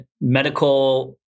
medical